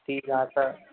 ठीकु आहे त